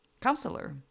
Counselor